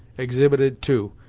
exhibited too,